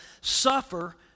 suffer